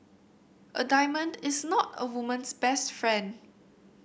a diamond is not a woman's best friend